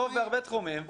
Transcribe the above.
טוב בהרבה תחומים,